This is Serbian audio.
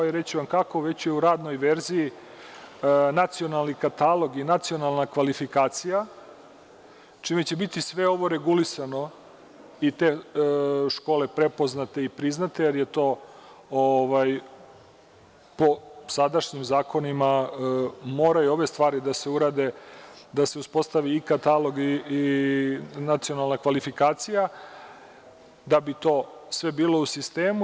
Reći ću vam kako, već je u radnoj verziji nacionalni katalog i nacionalna kvalifikacija, čime će biti sve ovo regulisano i te škole prepoznate i priznate, jer po sadašnjim zakonima moraju ove stvari da se urade, da se uspostavi i katalog i nacionalna kvalifikacija, da bi to sve bilo u sistemu.